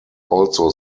also